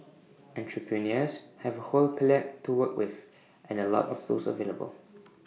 entrepreneurs have whole palette to work with and A lot of tools available